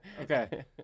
okay